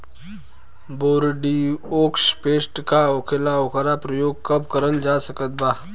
Bordeaux paste का होखेला और ओकर प्रयोग कब करल जा सकत बा?